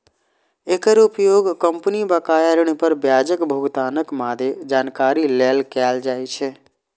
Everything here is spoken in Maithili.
एकर उपयोग कंपनी बकाया ऋण पर ब्याजक भुगतानक मादे जानकारी लेल कैल जाइ छै